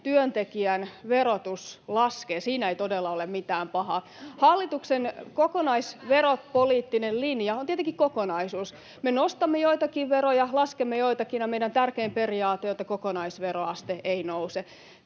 työntekijän verotus laskee, ei todella ole mitään pahaa. [Vasemmalta: Hyvä! — Kättä päälle!] Hallituksen kokonaisveropoliittinen linja on tietenkin kokonaisuus. Me nostamme joitakin veroja, laskemme joitakin, ja meidän tärkein periaatteemme on se, että kokonaisveroaste ei nouse.